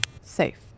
Safe